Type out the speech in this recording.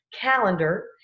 calendar